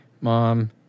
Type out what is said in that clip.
Mom